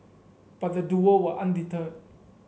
but the duo were undeterred